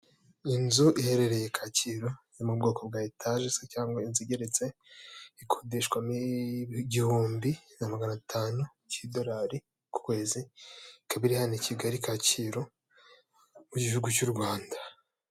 Inzu iherereye Kacyiru, yo mu bwoko bwa etaje cyangwa inzu igeretse, ikodeshwa igihumbi na magana atanu k'idolari ku kwezi, ikaba iri hano i Kigali Kacyiru, mu gihugu cy'u Rwanda.